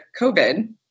COVID